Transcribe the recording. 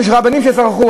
שיש רבנים שסרחו,